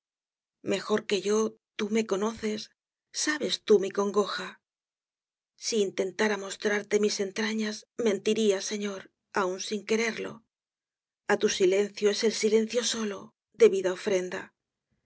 mejor que yo tú me conoces sabes tú mi congoja si intentara mostrarte mis entrañas mentiría señor aún sin quererlo á tu silencio es el silencio sólo debida ofrenda